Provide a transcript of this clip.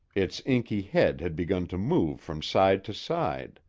its inky head had begun to move from side to side.